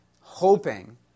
hoping